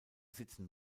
sitzen